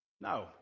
No